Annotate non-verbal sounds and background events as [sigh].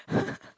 [laughs]